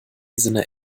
sinne